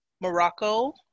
Morocco